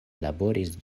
laboris